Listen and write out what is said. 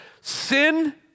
Sin